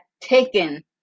taken